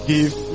Give